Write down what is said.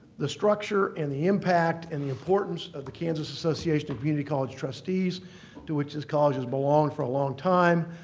the structure and the impact and the importance of the kansas association of community college trustees to which this college has belonged for a long time.